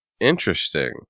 Interesting